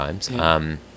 times